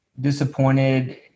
disappointed